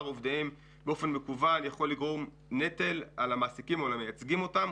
עובדיהם באופן מקוון יכול להטיל נטל על המעסיקים או על המייצגים אותם,